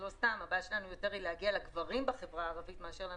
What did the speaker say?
שלנו היא יותר להגיע לגברים בחברה הערבית מאשר לנשים,